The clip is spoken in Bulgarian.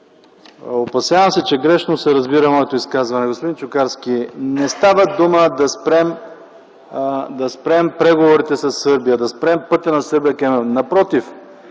Опасявам се, че грешно се разбира моето изказване. Господин Чукарски, не става дума да спрем преговорите със Сърбия, да спрем пътя на Сърбия към Европейския